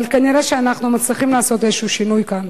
אבל כנראה אנחנו מצליחים לעשות איזה שינוי כאן.